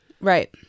Right